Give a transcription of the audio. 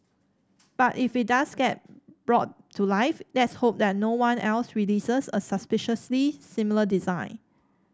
but if it does get brought to life let's hope that no one else releases a suspiciously similar design